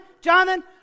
Jonathan